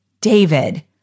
David